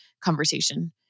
conversation